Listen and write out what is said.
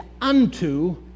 unto